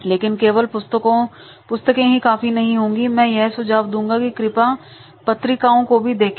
लेकिन केवल पुस्तकें ही काफी नहीं होंगी मैं यह सुझाव दूंगा कि कृपया पत्रिकाओं को भी देखें